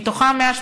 ומתוכם 180